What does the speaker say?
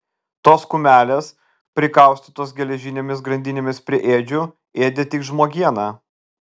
tos kumelės prikaustytos geležinėmis grandinėmis prie ėdžių ėdė tik žmogieną